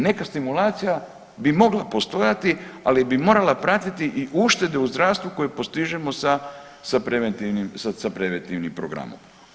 Neka stimulacija bi mogla postojati ali bi morala pratiti i uštede u zdravstvu koje postižemo sa preventivnim programom.